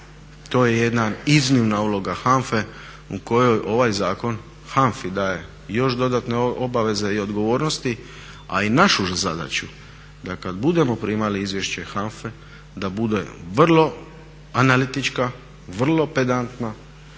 to je jedna iznimna uloga HANFA-e u kojoj ovaj zakon HANFA-i daje još dodatne obaveze i odgovornosti a i našu zadaću da kad budemo primali izvješće HANFA-e da bude vrlo analitička, vrlo pedantna